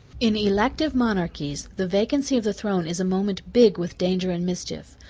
in elective monarchies, the vacancy of the throne is a moment big with danger and mischief.